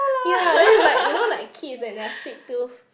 ya then like you know like kids and their sweet tooth